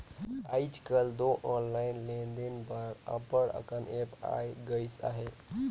आएज काएल दो ऑनलाईन लेन देन बर अब्बड़ अकन ऐप आए गइस अहे